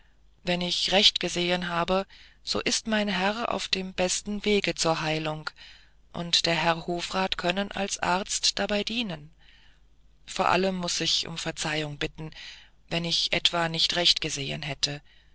wenn ich recht gesehen habe so ist mein herr auf dem besten wege zur heilung und der herr hofrat können als arzt dabei dienen vor allem muß ich um verzeihung bitten wenn ich etwa nicht recht gesehen hätte